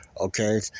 Okay